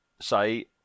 say